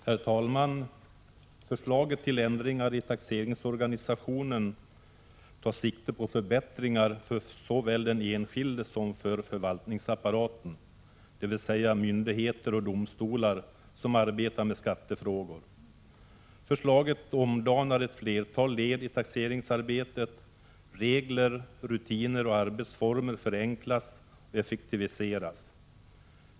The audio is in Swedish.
Herr talman! Förslaget till ändringar i taxeringsorganisationen tar sikte på förbättringar för såväl den enskilde som för förvaltningsapparaten — dvs. de myndigheter och domstolar som arbetar med skattefrågor. Förslaget omdanar ett flertal led i taxeringsarbetet. Regler, rutiner och arbetsformer förenklas och effektiviseras.